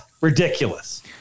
Ridiculous